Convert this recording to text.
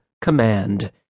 command